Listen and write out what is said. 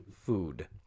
food